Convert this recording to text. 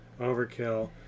Overkill